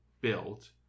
built